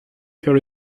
faire